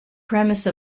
premise